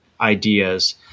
ideas